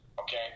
okay